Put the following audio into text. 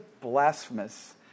blasphemous